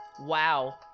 Wow